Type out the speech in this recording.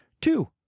Two